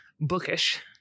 bookish